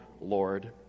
Lord